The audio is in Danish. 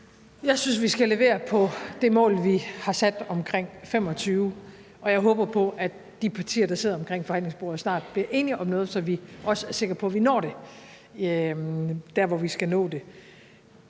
Jeg synes, vi skal levere på det mål, vi har sat, omkring 2025, og jeg håber på, at de partier, der sidder omkring forhandlingsbordet, snart bliver enige om noget, så vi også er sikre på, at vi når det, hvor vi skal nå det.